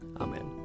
Amen